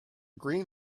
green